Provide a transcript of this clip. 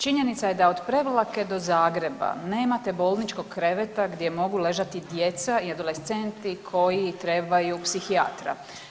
Činjenica je da od Prevlake do Zagreba nemate bolničkog kreveta gdje mogu ležati djeca i adolescenti koji trebaju psihijatra.